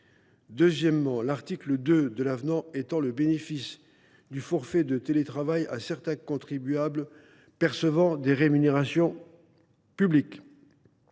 Deuxièmement, l’article 2 de l’avenant étend le bénéfice du forfait de télétravail à certains contribuables percevant des rémunérations publiques.